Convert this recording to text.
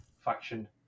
faction